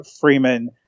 Freeman